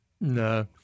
No